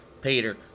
Peter